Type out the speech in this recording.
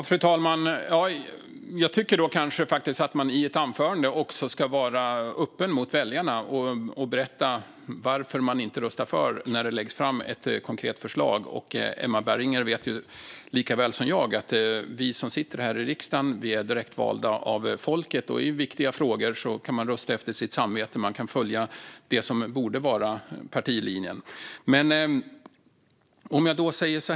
Fru talman! Jag tycker att man i ett anförande ska vara öppen mot väljarna och berätta varför man inte röstar för när det läggs fram ett konkret förslag. Emma Berginger vet lika väl som jag att vi som sitter här i riksdagen är direktvalda av folket, och i viktiga frågor kan man rösta efter sitt samvete och följa det som borde vara partilinjen.